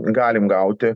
galim gauti